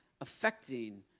affecting